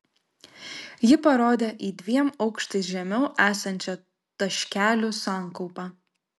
ji parodė į dviem aukštais žemiau esančių taškelių sankaupą